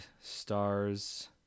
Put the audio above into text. stars